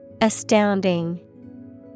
Astounding